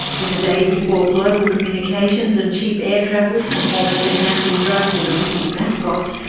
in the days before global communications and cheap air travel, performance enhancing drugs and olympic mascots,